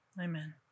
amen